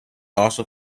also